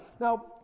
Now